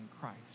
Christ